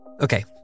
Okay